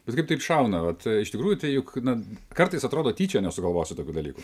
bet kaip tik šauna vat iš tikrųjų tai juk na kartais atrodo tyčia nesugalvosi tokių dalykų